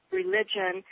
religion